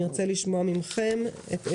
נרצה לשמוע את עמדתכם,